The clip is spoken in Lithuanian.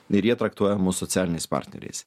ir jie traktuoja mus socialiniais partneriais